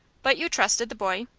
but you trusted the boy?